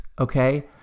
okay